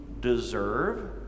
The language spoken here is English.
deserve